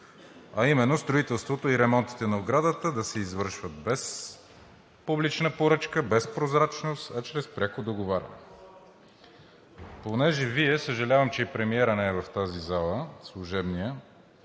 а именно: строителството и ремонтите на оградата да се извършват без публична поръчка, без прозрачност, а чрез пряко договаряне. Понеже Вие, съжалявам, че и служебният премиер не е в тази зала, бяхте